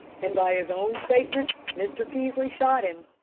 and by his own statement, mr. peaslee shot him.